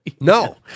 No